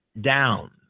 down